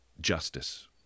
justice